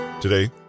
Today